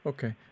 Okay